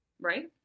right